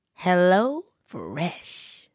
HelloFresh